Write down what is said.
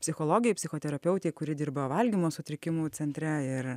psichologei psichoterapeutei kuri dirba valgymo sutrikimų centre ir